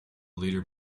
leader